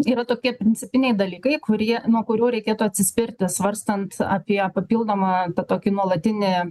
yra tokie principiniai dalykai kurie nuo kurių reikėtų atsispirti svarstant apie papildomą tą tokį nuolatinį